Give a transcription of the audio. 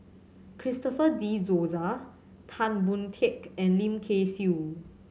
Christopher De Souza Tan Boon Teik and Lim Kay Siu